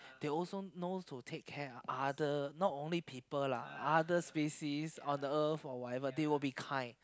they also know to take care other no only people lah other species on earth or whatever they will be kind